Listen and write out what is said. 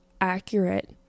accurate